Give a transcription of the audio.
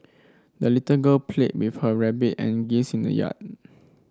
the little girl played with her rabbit and geese in the yard